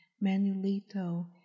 Manuelito